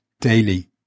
daily